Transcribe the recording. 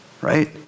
right